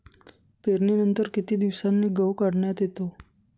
पेरणीनंतर किती दिवसांनी गहू काढण्यात येतो?